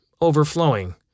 overflowing